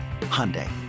Hyundai